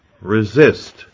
resist